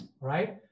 right